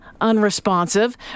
unresponsive